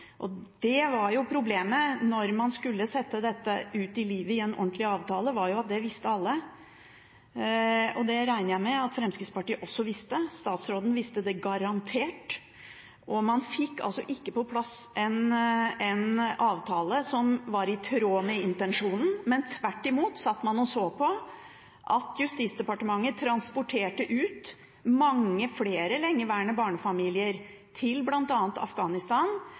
Problemet da man skulle sette dette ut i livet i en ordentlig avtale, var at det visste alle – det regner jeg med at Fremskrittspartiet også visste. Statsråden visste det garantert. Man fikk altså ikke på plass en avtale som var i tråd med intensjonen, men tvert imot satt man og så på at Justisdepartementet transporterte ut mange flere lengeværende barnefamilier til bl.a. Afghanistan